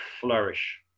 flourish